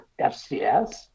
FCS